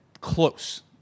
close